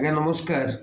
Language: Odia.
ଆଜ୍ଞା ନମସ୍କାର